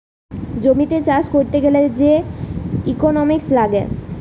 জমিতে চাষ করতে গ্যালে যে ইকোনোমিক্স লাগে